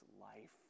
life